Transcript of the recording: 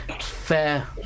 fair